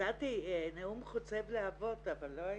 נתתי נאום חוצב להבות אבל לא היית.